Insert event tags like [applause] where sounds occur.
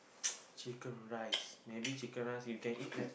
[noise] chicken-rice maybe chicken-rice you can eat that